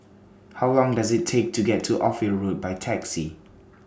How Long Does IT Take to get to Ophir Road By Taxi